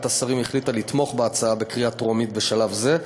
השרים החליטה לתמוך בהצעה בקריאה טרומית בשלב זה.